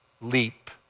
leap